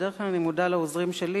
בדרך כלל אני מודה לעוזרים שלי,